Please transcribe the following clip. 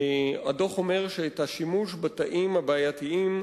הדוח אומר שאת השימוש בתאים הבעייתיים,